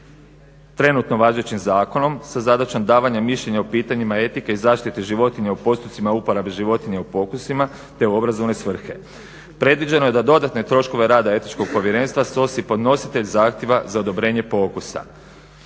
trenutno važećim zakonom sa zadaćom davanja mišljenja u pitanjima etike i zaštite životinja u postupcima uporabe životinja u pokusima te u obrazovne svrhe. Predviđeno je da dodatne troškove rada Etičkog povjerenstva snosi podnositelj zahtjeva za odobrenje pokusa.